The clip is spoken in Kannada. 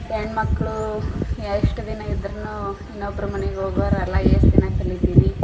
ಹೆಣ್ಮಕ್ಳೂ ಎಷ್ಟು ದಿನ ಇದ್ದರೂನು ಇನ್ನೊಬ್ರ ಮನಿಗೆ ಹೋಗೋರಲ್ಲಾ ಎಷ್ಟ್ ದಿನ ಕಲಿತೀವಿ